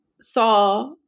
saw